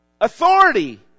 authority